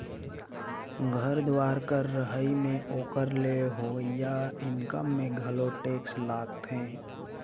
घर दुवार कर रहई में ओकर ले होवइया इनकम में घलो टेक्स लागथें